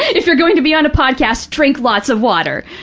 if you're going to be on a podcast, drink lots of water.